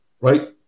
right